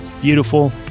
Beautiful